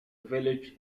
village